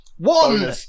One